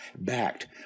backed